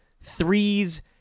threes